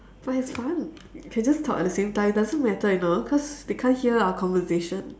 but it's fun we can just talk at the same time doesn't matter you know cause they can't hear our conversation